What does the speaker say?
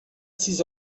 sis